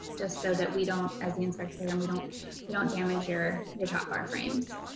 just so that we don't, as the inspector program, we don't we don't damage your, your top bar frames.